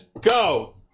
go